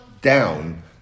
down